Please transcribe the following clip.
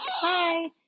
Hi